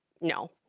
no